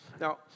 Now